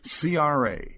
CRA